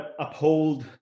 uphold